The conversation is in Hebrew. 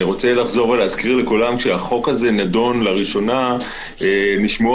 אני מזכיר שכשהחוק הזה נדון לראשונה נשמעו